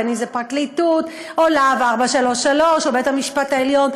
בין אם זה פרקליטות או להב 433 או בית-המשפט העליון.